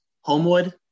Homewood